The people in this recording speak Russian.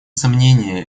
сомнение